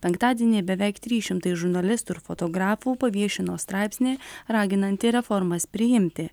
penktadienį beveik trys šimtai žurnalistų ir fotografų paviešino straipsnį raginantį reformas priimti